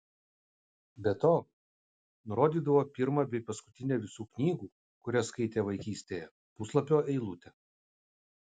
be to nurodydavo pirmą bei paskutinę visų knygų kurias skaitė vaikystėje puslapio eilutę